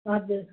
हजुर